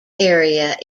area